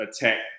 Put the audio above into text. attack